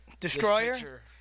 Destroyer